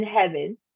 heaven